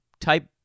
type